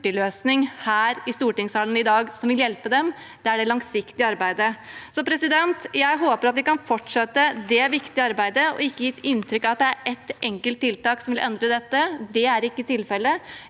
i stortingssalen i dag som vil hjelpe dem, det er det langsiktige arbeidet. Jeg håper at vi kan fortsette det viktige arbeidet og ikke gi et inntrykk av at det er ett enkelt tiltak som vil endre dette. Det er ikke tilfellet.